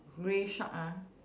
grey shark uh